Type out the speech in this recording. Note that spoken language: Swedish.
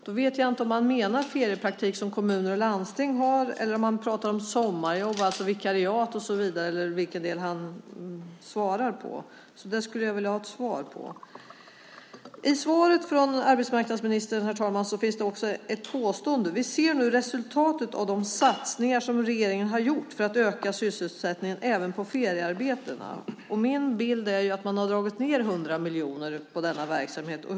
Jag vet inte om arbetsmarknadsministern menar feriepraktik som kommuner och landsting har eller om han pratar om sommarjobb - vikariat och så vidare - eller vilken del hans svar gäller. Också där skulle jag vilja ha ett svar. I svaret från arbetsmarknadsministern, herr talman, finns det också ett påstående: "Vi ser nu resultatet av de satsningar som regeringen gjort för att öka sysselsättningen även på feriearbetena." Min bild är att man har dragit ned med 100 miljoner på denna verksamhet.